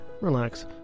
relax